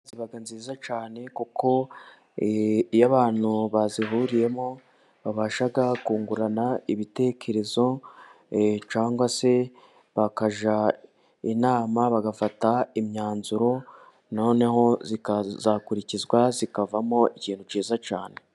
Ziba nziza cyane, kuko abantu bazihuriyemo babasha kungurana ibitekerezo, cyangwa se bakajya inama bagafata imyanzuro, noneho zikazakurikizwa zikavamo ikintu cyiza cyane.